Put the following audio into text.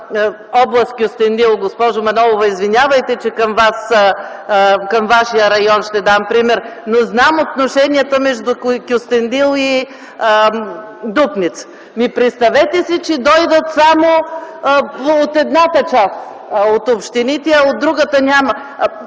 област Кюстендил? Госпожо Манолова, извинявайте, че към вашия район ще дам пример, но знам отношенията между Кюстендил и Дупница. Представете си, че дойдат само от едната част от общините, а от другата – няма.